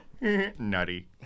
Nutty